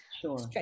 sure